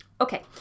Okay